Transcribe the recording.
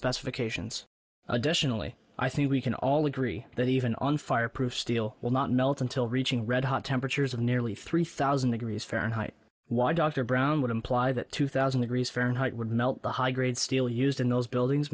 specifications additionally i think we can all agree that even on fireproof steel will not melt until reaching red hot temperatures of nearly three thousand degrees fahrenheit why dr brown would imply that two thousand degrees fahrenheit would melt the high grade steel used in those buildings